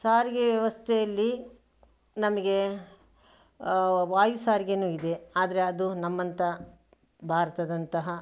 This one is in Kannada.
ಸಾರಿಗೆ ವ್ಯವಸ್ಥೆಯಲ್ಲಿ ನಮಗೆ ವಾಯು ಸಾರಿಗೆನೂ ಇದೆ ಆದರೆ ಅದು ನಮ್ಮಂಥ ಭಾರತದಂತಹ